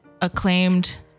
acclaimed